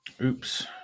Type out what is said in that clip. Oops